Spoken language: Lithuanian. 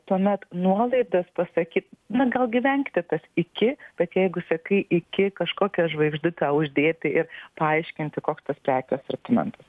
tuomet nuolaidas pasakyt na gal gi vengti tas iki bet jeigu sakai iki kažkokią žvaigždutę uždėti ir paaiškinti koks tas prekių asortimentas